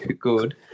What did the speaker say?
good